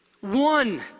One